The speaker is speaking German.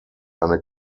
eine